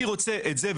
אני רוצה את זה,